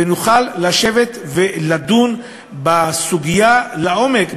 ונוכל לשבת ולדון בסוגיה לעומק,